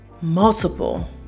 multiple